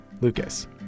Lucas